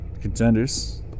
contenders